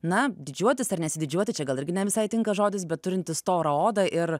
na didžiuotis ar nesididžiuoti čia gal irgi ne visai tinka žodis bet turintis storą odą ir